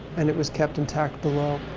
and it was kept intact below.